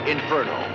Inferno